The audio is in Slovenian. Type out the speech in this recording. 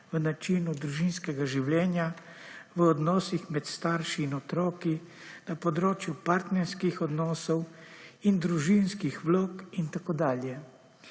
v načinu družinskega življenja v odnosih med starši in otroki na področju partnerskih odnosov in družinskih vlog in tako dalje.